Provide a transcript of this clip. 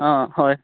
অঁ হয়